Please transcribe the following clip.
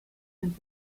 and